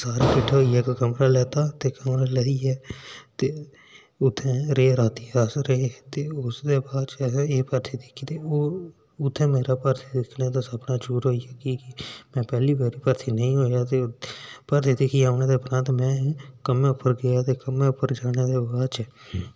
ते सारें किट्ठे होइयै कमरा लैता ते कमरा लेइयै उत्थै रेह् रातीं अ ते उसदै बाद असें एह् भर्थी दिक्खी ते उत्थै मेरा भर्थी दिक्खने दा सपना चूर होईआ में पैह्ली बारी भर्थी नेईं होआ ते भर्थी दिक्खियै ओह्दे परैंत अ'ऊं कम्मै उप्पर गेआ कमेमै उप्पर जाने दे बाद